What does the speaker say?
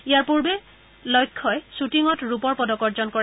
ইয়াৰ পূৰ্বে লক্ষ্যই খুটিঙত ৰূপৰ পদক অৰ্জন কৰে